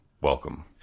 welcome